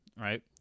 right